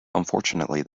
unfortunately